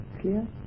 clear